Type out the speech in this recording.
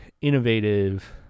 innovative